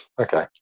okay